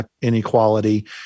inequality